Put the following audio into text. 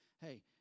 hey